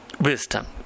wisdom